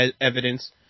evidence